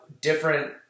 different